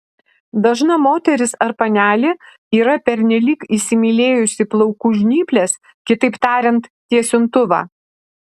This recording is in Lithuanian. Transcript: dažna moteris ar panelė yra pernelyg įsimylėjusi plaukų žnyples kitaip tariant tiesintuvą